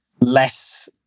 less